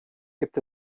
gibt